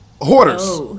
Hoarders